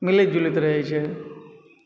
मिलैत जुलैत रहै छै